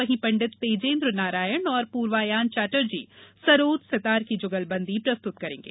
वहीं पंडित तेजेन्द्र नारायण और पूर्वायान चैटर्जी सरोद सितार की जुगलबंदी प्रस्तुत करेंगे